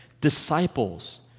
disciples